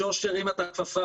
שוש הרימה את הכפפה.